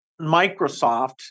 Microsoft